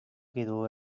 quedó